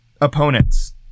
opponents